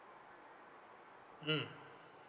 mm